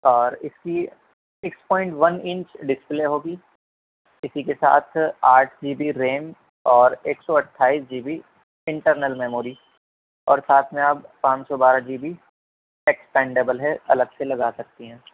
اور اس کی six point one inch display ہوگی اسی کے ساتھ آٹھ جی بی ریم اور ایک سو اٹھائیس جی بی انٹرنل میموری اور ساتھ میں آپ پانچ سو بارہ جی بی ایکسپینڈبل ہے الگ سے لگا سکتی ہیں